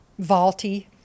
Vaulty